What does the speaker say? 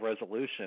resolution